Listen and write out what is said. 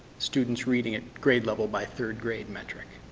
students reading at grade level by third grade metric?